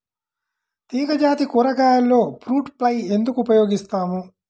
తీగజాతి కూరగాయలలో fruit fly ఎందుకు ఉపయోగిస్తాము?